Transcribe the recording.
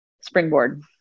springboard